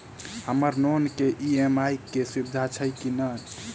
हम्मर लोन केँ ई.एम.आई केँ सुविधा छैय की नै?